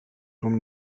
روم